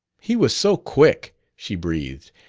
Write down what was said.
he was so quick, she breathed,